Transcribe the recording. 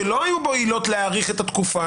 שלא היו בו עילות עצירת טיפול כדי להאריך את התקופה